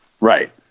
Right